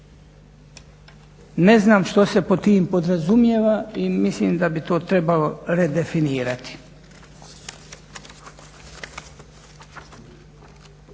Ne znam što se pod tim podrazumijeva i mislim da bi to trebalo redefinirati.